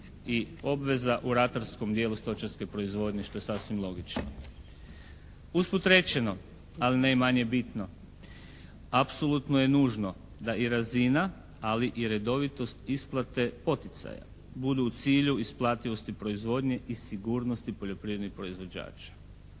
i obveza u ratarskom dijelu stočarske proizvodnje što je sasvim logično. Usput rečeno, ali ne i manje bitno apsolutno je nužno da i razina, ali i redovitost isplate poticaja budu u cilju isplativosti proizvodnje i sigurnosti poljoprivrednih proizvođača.